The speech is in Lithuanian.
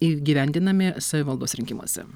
įgyvendinami savivaldos rinkimuose